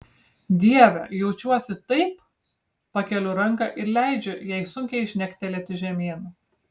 dieve jaučiuosi taip pakeliu ranką ir leidžiu jai sunkiai žnegtelėti žemyn